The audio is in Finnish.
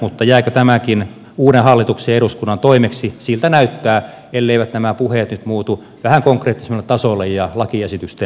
mutta jääkö tämäkin uuden hallituksen ja eduskunnan toimeksi siltä näyttää elleivät nämä puheet nyt muutu vähän konkreettisemmalle tasolle ja lakiesitystä